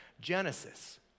Genesis